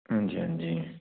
ਹਾਂਜੀ ਹਾਂਜੀ